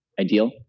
ideal